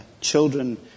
children